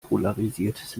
polarisiertes